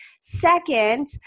Second